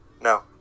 No